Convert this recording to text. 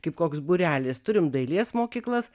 kaip koks būrelis turim dailės mokyklas